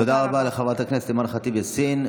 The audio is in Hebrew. תודה רבה לחברת הכנסת אימאן ח'טיב יאסין.